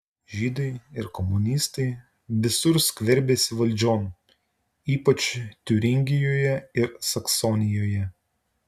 žydai ir komunistai visur skverbiasi valdžion ypač tiuringijoje ir saksonijoje